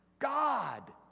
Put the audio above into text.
God